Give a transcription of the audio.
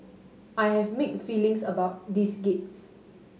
I have mixed feelings about this gigs